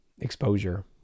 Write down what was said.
exposure